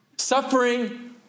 Suffering